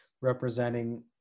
representing